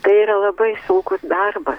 tai yra labai sunkus darbas